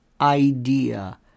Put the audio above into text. idea